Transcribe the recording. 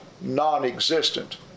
non-existent